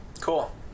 Cool